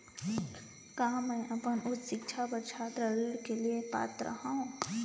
का मैं अपन उच्च शिक्षा बर छात्र ऋण के लिए पात्र हंव?